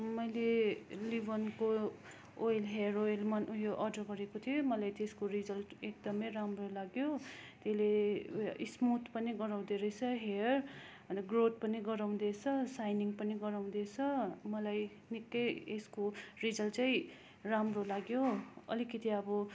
मैले लिभोनको oil hair oil मन यो अर्डर गरेको थिएँ मैले त्यसको रिजल्ट एकदमै राम्रो लाग्यो त्यसले उयो स्मुथ पनि गराउँदोरहेछ हेयर अन्त ग्रोथ पनि गराउँदोरहेछ साइनिङ पनि गराउँदोरहेछ मलाई निकै यसको रिजल्ट चाहिँ राम्रो लाग्यो अलिकति अब